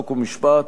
חוק ומשפט,